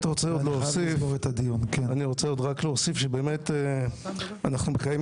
אני רוצה עוד להוסיף שאנחנו מקיימים